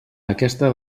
aquesta